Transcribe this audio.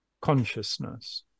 consciousness